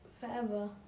forever